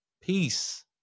Peace